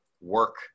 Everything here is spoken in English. work